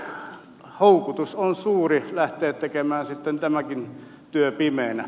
elikkä houkutus on suuri lähteä tekemään sitten tämäkin työ pimeänä